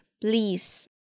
please